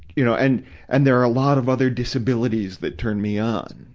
you know and and there are a lot of other disabilities that turn me on,